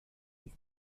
ist